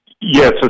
Yes